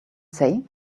say